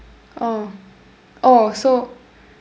oh oh so